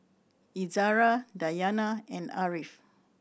Izara Dayana and Ariff